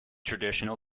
traditional